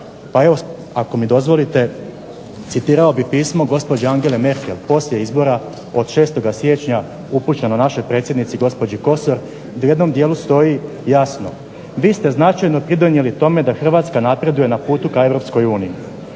uniji. Ako mi dozvolite citirao bih pismo gospođe Angele Merkel poslije izbora od 6. siječnja upućeno našoj predsjednici Jadranki Kosor gdje u jednom dijelu stoji jasno vi ste značajno pridonijeli tome da Hrvatska napreduje na putu ka Europskoj uniji.